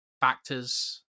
factors